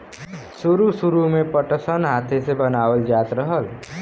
सुरु सुरु में पटसन हाथे से बनावल जात रहल